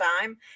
time